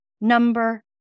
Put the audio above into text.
number